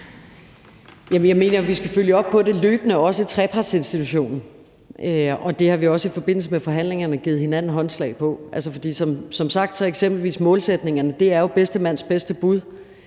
vi skal følge op på det løbende, også i trepartsinstitutionen, og det har vi også i forbindelse med forhandlingerne givet hinanden håndslag på. For som sagt er målsætningerne jo f.eks. bedste mands bedste bud,